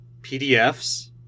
PDFs